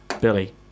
Billy